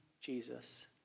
Jesus